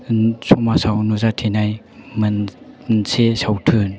समाजाव नुजाथिनाय मोनसे सावथुन